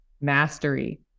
mastery